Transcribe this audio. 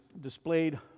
displayed